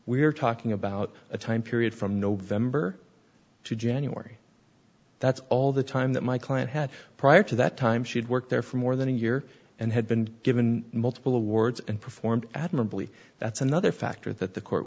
we're talking about a time period from november to january that's all the time that my client had prior to that time she had worked there for more than a year and had been given multiple awards and performed admirably that's another factor that the court